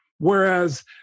Whereas